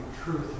truth